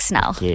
now